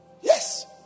Yes